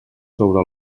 sobre